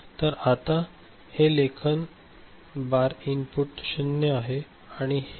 तर आता हे वाचन लेखन बार इनपुट 0 आहे